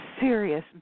serious